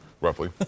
roughly